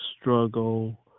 struggle